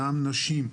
גם נשים,